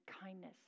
kindness